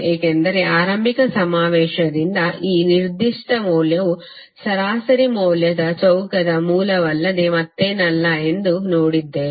ಏಕೆಂದರೆ ಆರಂಭಿಕ ಸಮಾವೇಶದಿಂದ ಈ ನಿರ್ದಿಷ್ಟ ಮೌಲ್ಯವು ಸರಾಸರಿ ಮೌಲ್ಯದ ಚೌಕದ ಮೂಲವಲ್ಲದೆ ಮತ್ತೇನಲ್ಲ ಎಂದು ನೋಡಿದ್ದೇವೆ